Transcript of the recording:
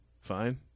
fine